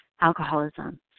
alcoholism